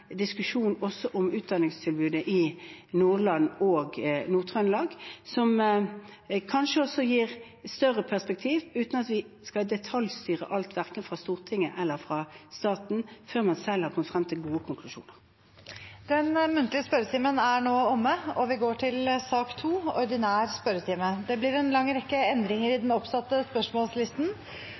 om utdanningstilbudet i Nordland og Nord-Trøndelag, som kanskje også gir større perspektiv, uten at vi skal detaljstyre alt dette fra Stortinget eller fra staten, før man selv har kommet frem til gode konklusjoner. Den muntlige spørretimen er nå omme. Det blir en lang rekke endringer i den oppsatte spørsmålslisten,